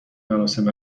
مراسم